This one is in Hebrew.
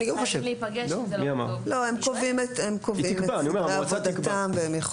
הם קובעים את סדרי עבודתם.